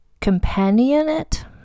companionate